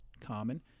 common